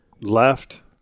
left